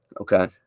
Okay